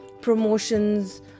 promotions